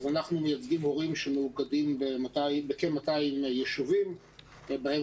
אנחנו מייצגים הורים שמאוגדים בכ-200 ישובים ובהם